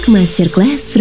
Masterclass